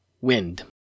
Wind